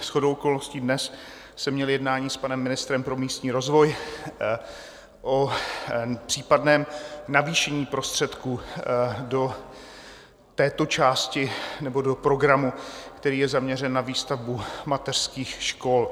Shodou okolností dnes jsem měl jednání s panem ministrem pro místní rozvoj o případném navýšení prostředků do této části nebo do programu, který je zaměřen na výstavbu mateřských škol.